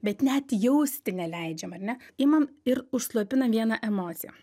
bet net jausti neleidžiam ar ne imam ir užslopinam vieną emociją